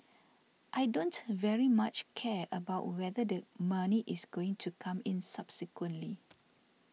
I don't very much care about whether the money is going to come in subsequently